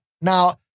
Now